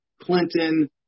Clinton